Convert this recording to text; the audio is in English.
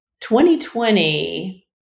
2020